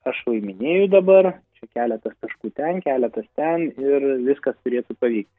aš laiminėju dabar čia keletas taškų ten keletas ten ir viskas turėtų pavykti